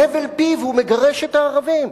בהבל פיו הוא מגרש את הערבים,